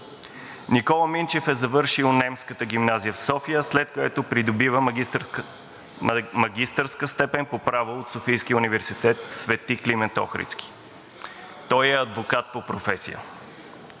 Никола Минчев е завършил Немската гимназия в София, след което придобива магистърска степен по право в Софийския университет „Свети Климент Охридски“. Той е адвокат по професия.